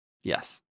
yes